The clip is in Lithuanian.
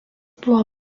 buvo